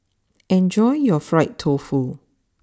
enjoy your Fried Tofu